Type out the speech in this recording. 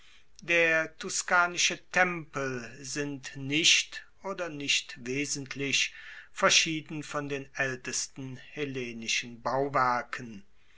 der tuscanische tempel sind nicht oder nicht wesentlich verschieden von den aeltesten hellenischen bauwerken